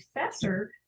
professor